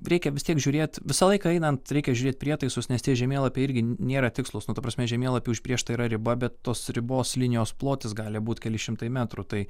reikia vis tiek žiūrėt visą laiką einant reikia žiūrėt prietaisus nes tie žemėlapiai irgi nėra tikslūs ta prasme žemėlapy užbrėžta yra riba bet tos ribos linijos plotis gali būt keli šimtai metrų tai